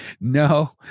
No